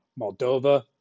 Moldova